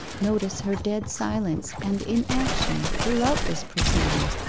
notice her dead silence and inaction throughout this proceeding